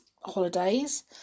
holidays